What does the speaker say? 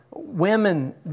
Women